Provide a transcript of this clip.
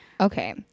Okay